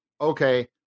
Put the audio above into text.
okay